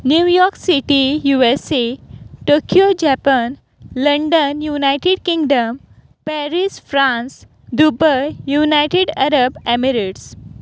New York city USA Tokyo Japan London United Kingdom Paris France Dubai United Arab Emirates